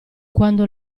quando